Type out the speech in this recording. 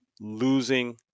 losing